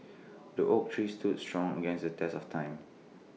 the oak tree stood strong against the test of time